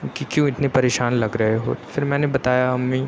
کہ کیوں اتنے پریشان لگ رہے ہو پھر میں نے بتایا امّی